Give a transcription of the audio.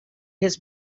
his